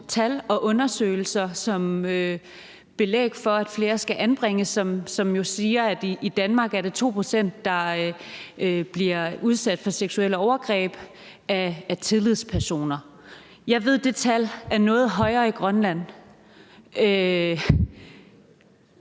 tal og undersøgelser som belæg for, at flere skal anbringes, og de viser jo, at i Danmark er der 2 pct., der bliver udsat for seksuelle overgreb af tillidspersoner. Jeg ved, at det tal er noget højere i Grønland.